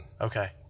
Okay